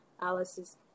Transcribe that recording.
Alice's